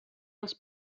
els